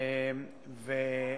עוד מעט.